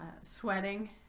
sweating